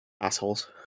Assholes